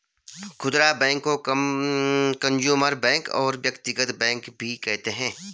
खुदरा बैंक को consumer bank और व्यक्तिगत बैंक भी कहते हैं